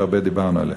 שהרבה דיברנו עליהן.